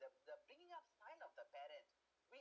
the the bringing up side of a parent we